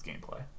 gameplay